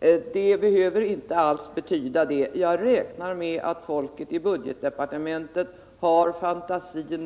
och den behöver inte alls innebära det. Jag räknar med att folket i budgetdepartementet har fantasi